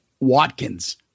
Watkins